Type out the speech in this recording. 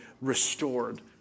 restored